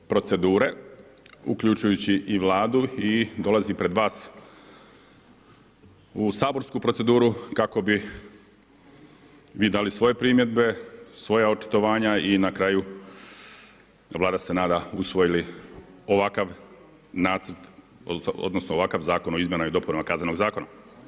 procedure, uključujući i Vladu i dolazi pred vas u saborsku proceduru kako bi vi dali svoje primjedbe, svoja očitovanja i na kraju Vlada se nada, usvojili ovakav nacrt, odnosno ovakav zakon o izmjenama i dopunama Kaznenog zakona.